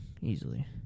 Easily